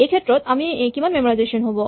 এইক্ষেত্ৰত কিমান মেমৰাইজেচন হ'ব